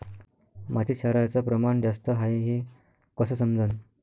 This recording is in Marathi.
मातीत क्षाराचं प्रमान जास्त हाये हे कस समजन?